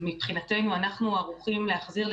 מבחינתנו אנחנו ערוכים להחזיר,